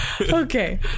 Okay